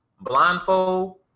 Blindfold